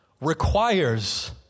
requires